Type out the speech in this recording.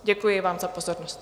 Děkuji vám za pozornost.